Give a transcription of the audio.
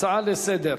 הצעה לסדר-היום.